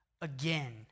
Again